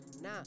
Nah